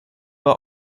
bei